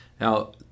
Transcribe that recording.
Now